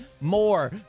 more